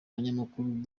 abanyamakuru